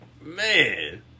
Man